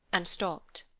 and stopped.